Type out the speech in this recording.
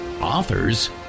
authors